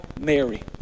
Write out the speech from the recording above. Mary